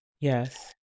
Yes